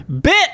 Bit